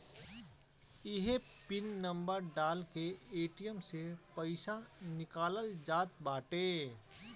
इहे pin number डाल के ए.टी.एम से पईसा निकालल जात बाटे